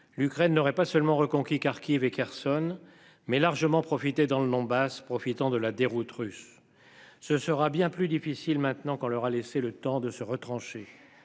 L'Ukraine n'aurait pas seulement reconquis Kharkiv Eckerson mais largement profité dans le Donbass, profitant de la déroute russe, ce sera bien plus difficile maintenant qu'on leur a laissé le temps de se retrancher